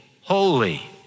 holy